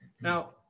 Now